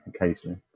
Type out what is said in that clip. occasionally